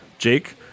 Jake